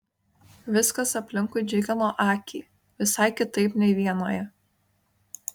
viskas aplinkui džiugino akį visai kitaip nei vienoje